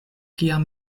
kiam